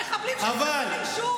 את המחבלים שנכנסים ליישוב?